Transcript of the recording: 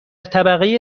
طبقه